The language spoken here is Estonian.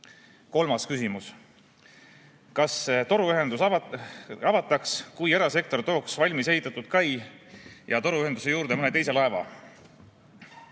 Kolmas küsimus: "Kas toruühendus avataks, kui erasektor tooks valmis ehitatud kai ja toruühenduse juurde mõne teise laeva